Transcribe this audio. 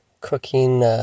cooking